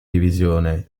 divisione